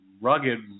rugged